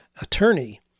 attorney